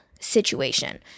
situation